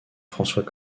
françois